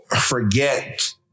forget